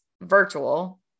virtual